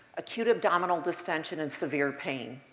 acute abdominal distension, and severe pain.